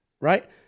right